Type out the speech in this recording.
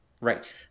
Right